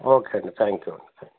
okay అండి thank you అండి thank you